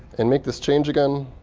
and make this change again.